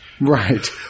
Right